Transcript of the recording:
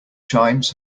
chimes